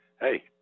Hey